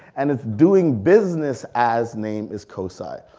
and it's doing business as name as cosi.